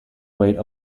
weight